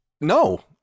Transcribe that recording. No